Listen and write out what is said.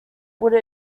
would